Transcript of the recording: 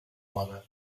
moda